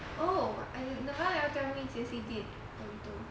oh nirvana never tell me jie qi did burrito